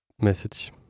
message